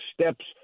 steps